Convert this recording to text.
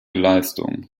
leistung